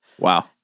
Wow